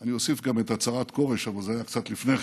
אני אוסיף גם את הצהרת כורש אבל זה היה קצת לפני כן,